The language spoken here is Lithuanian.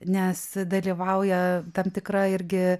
nes dalyvauja tam tikra irgi